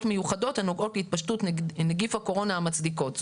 מיוחדות הנוגעות להתפשטות נגיד הקורונה המצדיקות זאת".